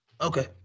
okay